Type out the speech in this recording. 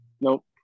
Nope